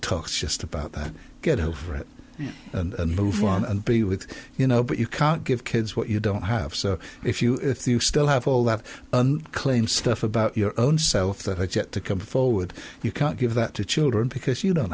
talks just about that get over it and move on and be with you know but you can't give kids what you don't have so if you if you still have all that claim stuff about your own self that has yet to come forward you can't give that to children because you don't